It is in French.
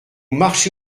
marché